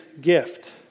gift